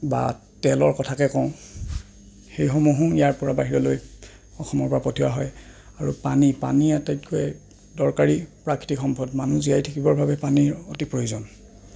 বা তেলৰ কথাকে কওঁ সেইসমূহো ইয়াৰপৰা বাহিৰলৈ অসমৰপৰা পঠিওৱা হয় আৰু পানী পানী আটাইতকৈ দৰকাৰী প্ৰাকৃতিক সম্পদ মানুহ জীয়াই থাকিবৰ বাবে পানীৰ অতি প্ৰয়োজন